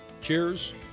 cheers